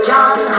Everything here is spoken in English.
John